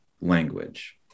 language